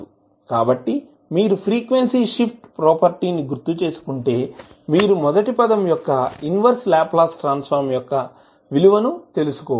కాబట్టి మీరు frequency shift ప్రాపర్టీని గుర్తుచేసుకుంటే మీరు మొదటి పదం యొక్క ఇన్వర్స్ లాప్లాస్ ట్రాన్స్ ఫార్మ్ యొక్క విలువను తెలుసుకోవచ్చు